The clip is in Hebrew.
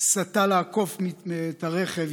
סטה כדי לעקוף רכב,